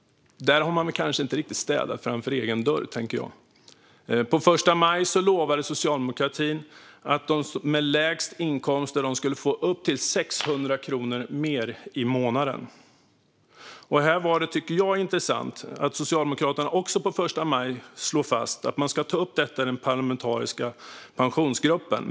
Där har man kanske inte riktigt städat framför egen dörr, tänker jag. På första maj lovade socialdemokratin att de som har lägst inkomster skulle få upp till 600 kronor mer i månaden. Det var också intressant att Socialdemokraterna på första maj också slog fast att de skulle ta upp detta i den parlamentariska Pensionsgruppen.